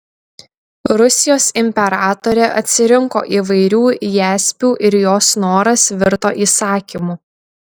rusijos imperatorė atsirinko įvairių jaspių ir jos noras virto įsakymu